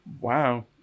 Wow